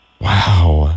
Wow